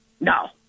No